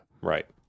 right